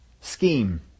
scheme